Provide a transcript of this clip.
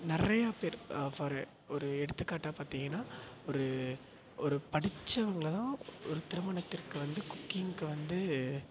நிறையா பேர் ஃபார் ஒரு எடுத்துக்காட்டாக பார்த்தீங்கன்னா ஒரு ஒரு படிச்சவங்கள தான் ஒரு திருமணத்திற்கு வந்து குக்கிங்குக்கு வந்து